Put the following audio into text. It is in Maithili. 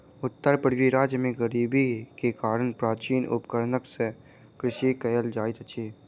उत्तर पूर्वी राज्य में गरीबी के कारण प्राचीन उपकरण सॅ कृषि कयल जाइत अछि